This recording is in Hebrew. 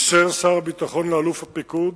אישר שר הביטחון לאלוף הפיקוד